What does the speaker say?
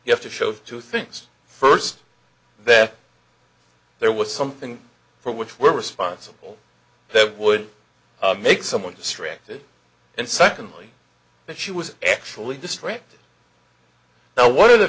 you have to show two things first that there was something for which we're responsible that would make someone distracted and secondly that she was actually district now what are the